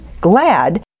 glad